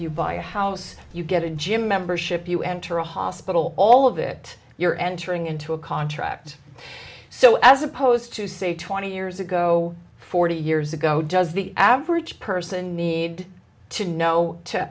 you buy a house you get a gym membership you enter a hospital all of it you're entering into a contract so as opposed to say twenty years ago forty years ago does the average person need to know